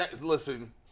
listen